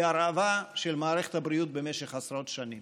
הרעבה של מערכת הבריאות במשך עשרות שנים,